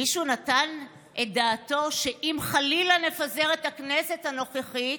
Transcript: מישהו נתן את דעתו שאם חלילה נפזר את הכנסת הנוכחית,